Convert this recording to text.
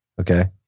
Okay